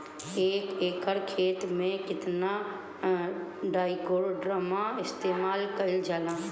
एक एकड़ खेत में कितना ट्राइकोडर्मा इस्तेमाल कईल जाला?